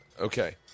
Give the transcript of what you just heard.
Okay